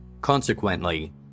Consequently